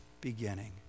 beginning